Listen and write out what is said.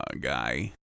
guy